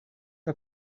que